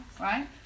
right